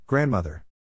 Grandmother